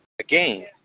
Again